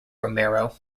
romero